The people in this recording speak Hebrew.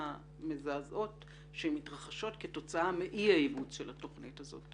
המזעזעות שמתרחשות כתוצאה מאי ביצוע התוכנית הזאת.